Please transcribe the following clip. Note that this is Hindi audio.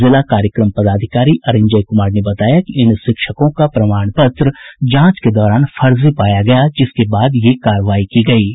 जिला कार्यक्रम पदाधिकारी अरिंजय कुमार ने बताया कि इन शिक्षकों का प्रमाण पत्र जांच के दौरान फर्जी पाया गया जिसके बाद यह कार्रवाई की गई है